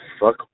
fuck